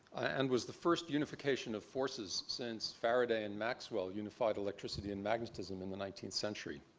and was the first unification of forces since faraday and maxwell unified electricity and magnetism in the nineteenth century.